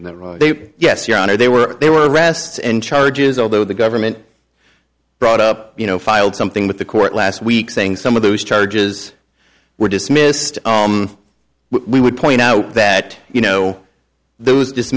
not that yes your honor they were there were arrests and charges although the government brought up you know filed something with the court last week saying some of those charges were dismissed we would point out that you know those